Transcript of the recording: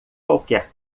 qualquer